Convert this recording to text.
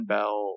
Bell